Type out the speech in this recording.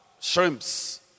shrimps